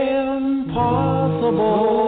impossible